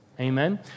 Amen